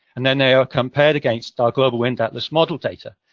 and then, they are compared against our global wind atlas model data.